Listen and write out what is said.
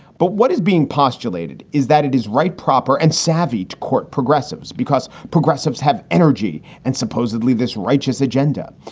but what is being postulated is that it is right, proper and savvy to court progressives because progressives have energy and supposedly this righteous agenda.